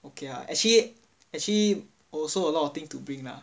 okay ah actually actually also a lot of thing to bring lah